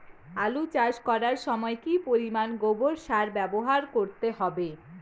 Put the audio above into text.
আলু চাষ করার সময় কি পরিমাণ গোবর সার ব্যবহার করতে হবে?